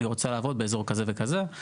אני רוצה לעבוד באזור כזה וכזה,